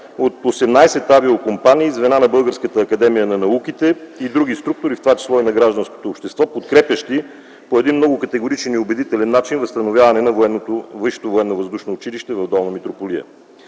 от 18 авиокомпании – звена на Българската академия на науките и други структури, в това число и на гражданското общество, подкрепящи по много категоричен и убедителен начин възстановяването на Висшето